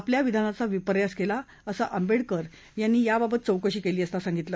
आपल्या विधानाचा विपर्यास केला असं आंबेडकर याबाबत चौकशी केली असता सांगितलं